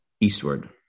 eastward